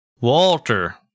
Walter